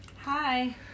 Hi